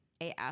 AF